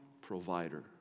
provider